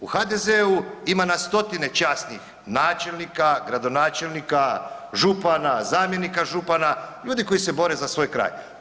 U HDZ-u ima nas 100-tine časnih načelnika, gradonačelnika, župana, zamjenika župana ljudi koji se bore za svoj kraj.